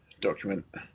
document